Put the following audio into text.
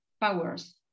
powers